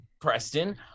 Preston